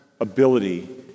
ability